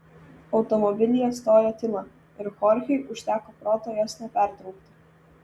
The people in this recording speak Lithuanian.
automobilyje stojo tyla ir chorchei užteko proto jos nepertraukti